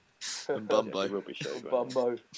Bumbo